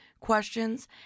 questions